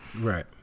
Right